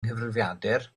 nghyfrifiadur